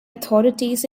authorities